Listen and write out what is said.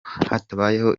hatabayeho